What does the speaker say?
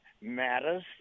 matters